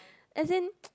as in